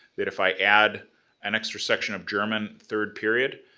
that if i add an extra section of german third period,